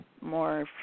more